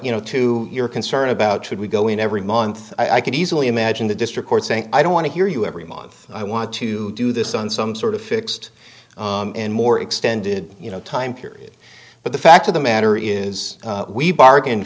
you know to your concern about should we go in every month i could easily imagine the district court saying i don't want to hear you every month i want to do this on some sort of fixed and more extended you know time period but the fact of the matter is we bargained